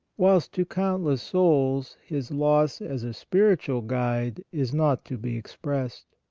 whilst to count less souls his loss as a spiritual guide is not to be expressed.